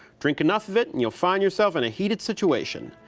drink enough of it and you'll find yourself in a heated situation.